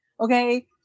Okay